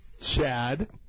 Chad